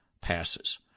passes